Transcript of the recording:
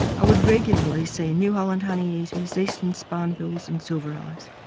i would regularly see new holland honeyeaters, eastern spinebills and silvereyes.